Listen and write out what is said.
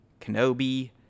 Kenobi